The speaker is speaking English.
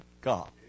God